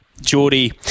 Geordie